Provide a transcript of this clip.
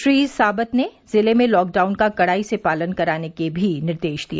श्री साबत ने जिले में लॉकडाउन का कड़ाई से पालन कराने के भी निर्देश दिए